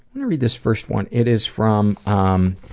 gonna read this first one. it is from um